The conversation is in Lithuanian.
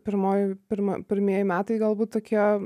pirmoji pirma pirmieji metai galbūt tokie